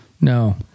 No